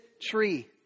tree